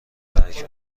ترک